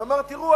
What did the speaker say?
ואמר: תראו,